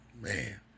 man